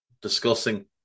discussing